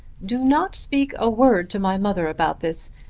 do not speak a word to my mother about this.